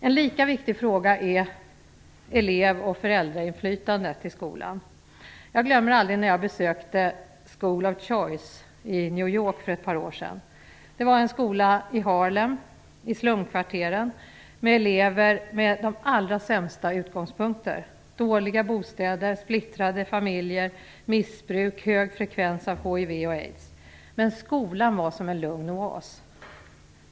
En lika viktig fråga är elev och föräldrainflytandet i skolan. Jag glömmer aldrig när jag besökte School of Choice i New York för ett par år sedan. Det var en skola i Harlem, i slumkvarteren, med elever med de allra sämsta utgångspunkter: dåliga bostäder, splittrade familjer, missbruk, hög frekvens av hiv och aids. Men skolan var som en lugn oas.